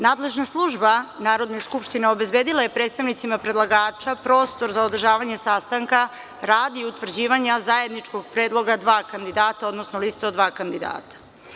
Nadležna služba Narodne skupštine obezbedila je predstavnicima predlagača prostor za održavanje sastanka radi utvrđivanja zajedničkog predloga dva kandidata, odnosno liste od dva kandidata.